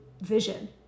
vision